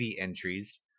entries